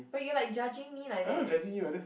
but you're like judging me like that eh